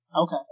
okay